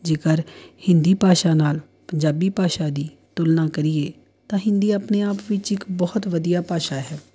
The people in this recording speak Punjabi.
ਜੇਕਰ ਹਿੰਦੀ ਭਾਸ਼ਾ ਨਾਲ਼ ਪੰਜਾਬੀ ਭਾਸ਼ਾ ਦੀ ਤੁਲਨਾ ਕਰੀਏ ਤਾਂ ਹਿੰਦੀ ਆਪਣੇ ਆਪ ਵਿੱਚ ਇੱਕ ਬਹੁਤ ਵਧੀਆ ਭਾਸ਼ਾ ਹੈ